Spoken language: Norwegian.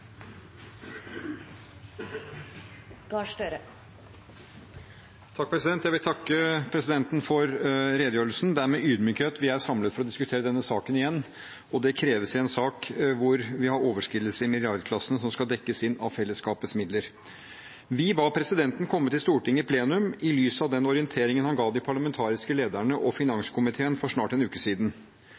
med ydmykhet vi er samlet for å diskutere denne saken igjen, og det kreves i en sak hvor vi har overskridelser i milliardklassen som skal dekkes inn av fellesskapets midler. Vi ba presidenten komme til Stortinget i plenum i lys av den orienteringen han ga de parlamentariske lederne og finanskomiteen for snart en uke siden.